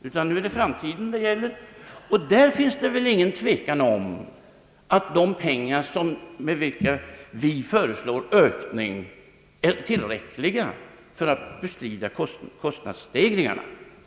Här gäller det framtiden; och då kan väl ingen tvekan råda om att den nu aktuella anslagshöjningen är tillräcklig för att man skall kunna klara - kostnadsstegringarna.